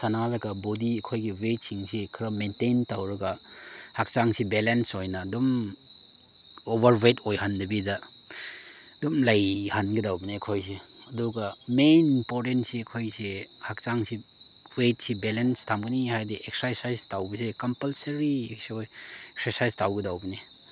ꯁꯥꯟꯅꯔꯒ ꯕꯣꯗꯤ ꯑꯩꯈꯣꯏꯒꯤ ꯋꯦꯠꯁꯤꯡꯁꯤ ꯈꯔ ꯃꯦꯟꯇꯦꯟ ꯇꯧꯔꯒ ꯍꯛꯆꯥꯡꯁꯤ ꯕꯦꯂꯦꯟꯁ ꯑꯣꯏꯅ ꯑꯗꯨꯝ ꯑꯣꯚꯔ ꯋꯦꯠ ꯑꯣꯏꯍꯟꯗꯕꯤꯗ ꯑꯗꯨꯝ ꯂꯩꯍꯟꯒꯗꯧꯕꯅꯤ ꯑꯩꯈꯣꯏꯁꯤ ꯑꯗꯨꯒ ꯃꯦꯟ ꯏꯝꯄꯣꯔꯇꯦꯟꯁꯤ ꯑꯩꯈꯣꯏꯁꯤ ꯍꯛꯆꯥꯡꯁꯤ ꯋꯦꯠꯁꯤ ꯕꯦꯂꯦꯟꯁ ꯊꯝꯒꯅꯤ ꯍꯥꯏꯔꯗꯤ ꯑꯦꯛꯁꯔꯁꯥꯏꯁ ꯇꯧꯕꯁꯤ ꯀꯝꯄꯜꯁꯔꯤ ꯑꯦꯛꯁꯔꯁꯥꯏꯁ ꯇꯧꯒꯗꯧꯕꯅꯤ